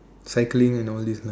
cycling and all these lah